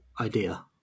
Idea